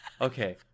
okay